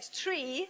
tree